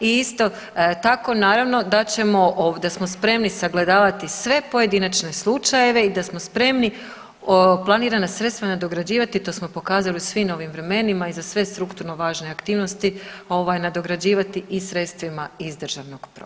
I isto tako naravno da ćemo, da smo spremni sagledavati sve pojedinačne slučajeve i da smo spremni planirana sredstva nadograđivati, to smo pokazali u svim ovim vremenima i za sve strukturno važne aktivnosti, ovaj nadograđivati i sredstvima iz državnog proračuna.